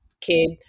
kid